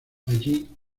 allí